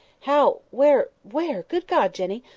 how where where? good god! jenny,